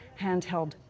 handheld